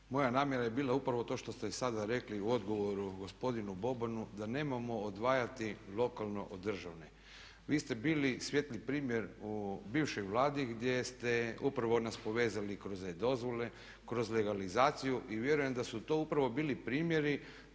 moja namjera je bila upravo to što ste i sada rekli u odgovoru gospodinu Bobanu da nemojmo odvajati lokalno od državne. Vi ste bili svijetli primjer u bivšoj Vladi gdje ste upravo nas povezali kroz e-dozvole, kroz legalizaciju i vjerujem da su to upravo bili primjeri